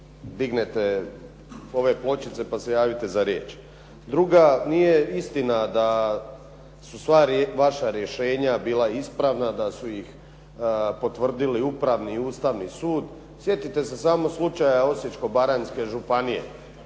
dignete ove pločice pa se javite za riječ. Druga, nije istina da su sva vaša rješenja bila ispravna, da su ih potvrdili Upravni i Ustavni sud. Sjetite se samo slučaja Osječko-baranjske županije.